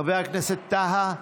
חבר הכנסת טאהא,